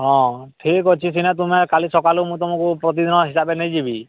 ହଁ ଠିକ୍ ଅଛି ସିନା ତୁମେ କାଲି ସକାଳୁ ମୁଁ ତୁମକୁ ପ୍ରତିଦିନ ହିସାବରେ ନେଇଯିବି